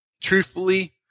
truthfully